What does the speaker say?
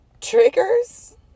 triggers